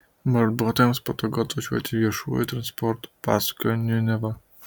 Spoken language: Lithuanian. darbuotojams patogu atvažiuoti viešuoju transportu pasakojo niuneva